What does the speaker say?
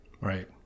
Right